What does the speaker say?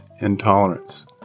intolerance